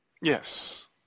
Yes